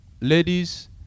ladies